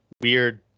weird